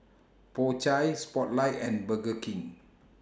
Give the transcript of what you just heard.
Po Chai Spotlight and Burger King